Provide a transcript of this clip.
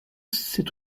c’est